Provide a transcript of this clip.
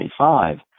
25